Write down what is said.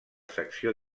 secció